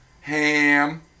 Ham